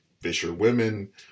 fisherwomen